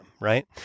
right